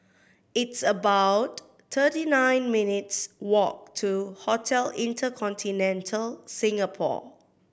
it's about thirty nine minutes' walk to Hotel InterContinental Singapore